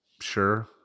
Sure